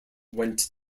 went